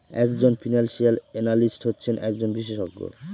এক জন financial analyst হচ্ছেন একজন বিশেষজ্ঞ